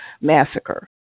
massacre